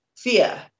fear